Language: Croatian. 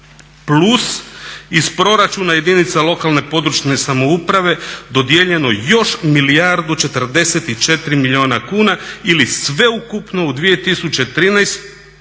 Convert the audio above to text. plus iz proračuna jedinica lokalne i područne samouprave dodijeljeno još 1 milijardu 44 milijuna kuna ili sveukupno u 2013.iz